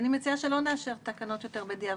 אני מציעה שלא נאשר תקנות יותר בדיעבד.